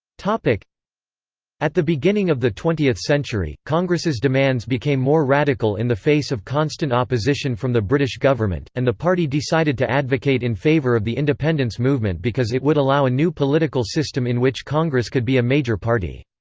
at the beginning of the twentieth century, congress' demands became more radical in the face of constant opposition from the british government, and the party decided to advocate in favour of the independence movement because it would allow a new political system in which congress could be a major party.